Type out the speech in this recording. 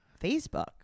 Facebook